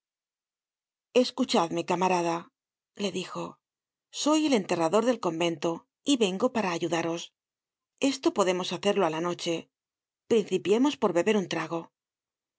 escuchadme camarada le dijo soy el enterrador del convento y vengo para ayudaros esto podemos hacerlo á la noche principiemos por beber un trago